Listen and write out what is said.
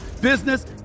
business